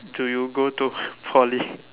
do you go to Poly